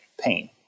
pain